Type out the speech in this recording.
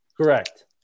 Correct